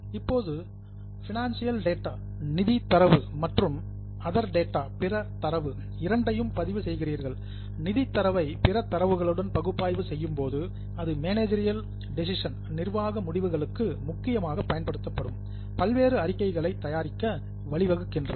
இப்போது financial data நிதி தரவு மற்றும் அதர் டேட்டா பிற தரவு இரண்டையும் பதிவு செய்கிறீர்கள் நிதி தரவை பிற தரவுகளுடன் பகுப்பாய்வு செய்யும் போது அது மேனேஜரியல் டெசிஷன்ஸ் நிர்வாக முடிவுகளுக்கு முக்கியமாக பயன்படுத்தப்படும் பல்வேறு அறிக்கைகளை தயாரிக்க வழிவகுக்கிறது